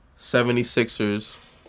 76ers